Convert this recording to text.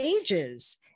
ages